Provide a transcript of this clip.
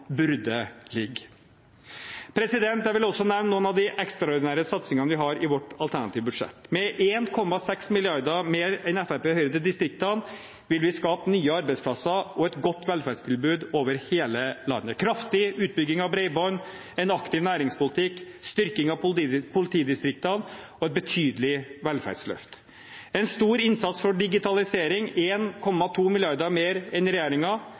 burde ligge. Jeg vil også nevne noen av de ekstraordinære satsingene vi har i vårt alternative budsjett. Med 1,6 mrd. kr mer enn Fremskrittspartiet og Høyre til distriktene vil vi skape nye arbeidsplasser og et godt velferdstilbud over hele landet med en kraftig utbygging av bredbånd, en aktiv næringspolitikk, styrking av politidistriktene og et betydelig velferdsløft. Vi har en stor innsats for digitalisering, med 1,2 mrd. kr mer enn